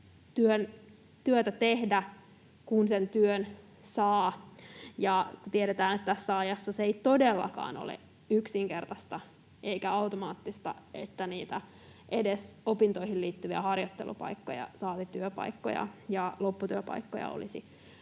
työtä tehdä, kun sen työn saa. Ja tiedetään, että tässä ajassa ei todellakaan ole yksinkertaista eikä automaattista, että niitä edes opintoihin liittyviä harjoittelupaikkoja saati työpaikkoja ja lopputyöpaikkoja olisi